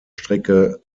strecke